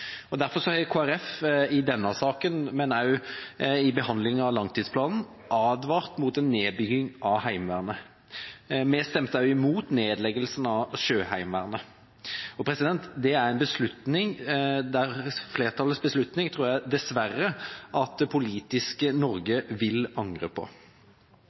Derfor har Kristelig Folkeparti i denne saken, men også i behandlingen av langtidsplanen, advart mot en nedbygging av Heimevernet. Vi stemte også imot nedleggelsen av Sjøheimevernet. Flertallets beslutning der tror jeg dessverre at det politiske Norge vil angre på.